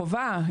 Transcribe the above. חובה.